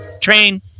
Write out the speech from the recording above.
Train